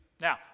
Now